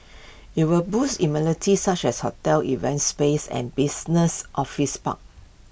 IT will boast amenities such as hotels events spaces and business office park